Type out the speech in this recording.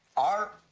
r.